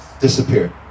Disappeared